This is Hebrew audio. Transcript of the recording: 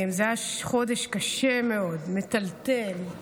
זה היה חודש קשה מאוד, מטלטל.